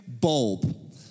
bulb